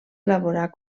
elaborar